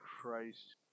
Christ